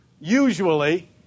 usually